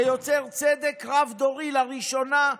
זה יוצר צדק רב-דורי לראשונה.